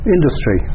Industry